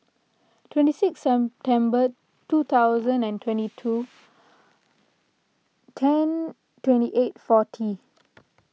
twenty sixth September two thousand and twenty two ten twenty eight forty